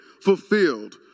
fulfilled